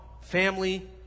family